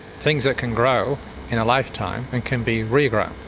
things that can grow in a lifetime and can be regrown.